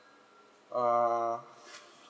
uh